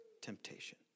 temptation